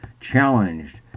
challenged